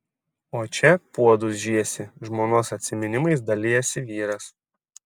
o čia puodus žiesi žmonos atsiminimais dalijasi vyras